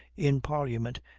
in parliament,